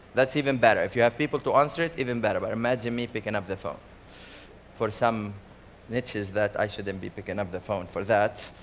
that's even better. if you have people to answer it, even better. but imagine me picking up the phone for some niches. i shouldn't be picking up the phone for that.